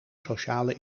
sociale